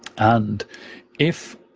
and if,